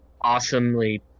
awesomely